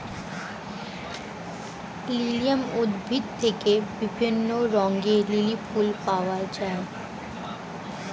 lilium উদ্ভিদ থেকে বিভিন্ন রঙের লিলি ফুল পাওয়া যায়